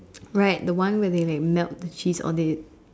right the one where they like melt the cheese or they